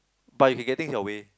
but you can get thing your way